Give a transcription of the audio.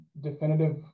definitive